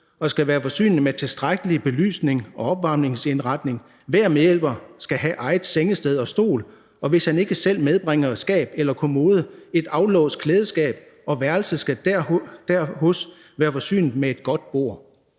og skal være forsynet med tilstrækkelig belysning og opvarmningsindretning. Hver medhjælper skal have eget sengested og egen stol, og, hvis han ikke selv medbringer et skab eller en kommode, et aflåst klædeskab. Og værelset skal derhos være forsynet med et godt bord.